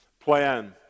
plan